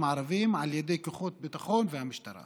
ערבים על ידי כוחות הביטחון והמשטרה